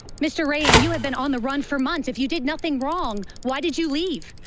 mr. rayan, you have been on the run for months. if you did nothing wrong, why did you leave?